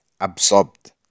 absorbed